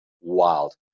wild